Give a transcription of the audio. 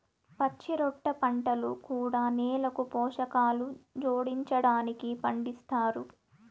పచ్చిరొట్ట పంటలు కూడా నేలకు పోషకాలు జోడించడానికి పండిస్తారు